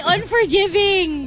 Unforgiving